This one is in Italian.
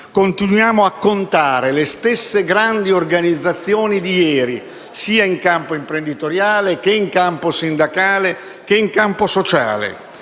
continuiamo a contare le stesse grandi organizzazioni di ieri, sia in campo imprenditoriale che in campo sindacale e sociale.